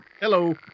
Hello